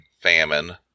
famine